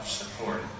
support